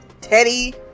Teddy